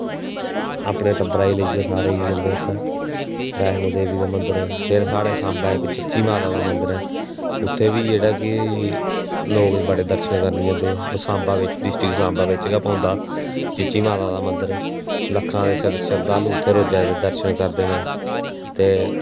अपने टब्बरा गी लेइयै सारे जंदे उत्थै वैश्नो माता दा मंदर ते फिर साढ़े इक चीची माता दा मंदर ऐ उत्थै बी जेह्ड़ा कि लोग दर्शन करने गी बड़े औंदे ओह् सांबा बिच्च डिस्ट्रिक्ट सांबा बिच्च गै पौंदा चीची माता दा मंदर ते लक्खां दे शरधालु रोज उत्थै दर्शन करदे न ते